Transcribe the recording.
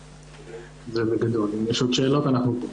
אם יש עוד שאלות, אנחנו פה.